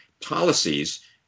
policies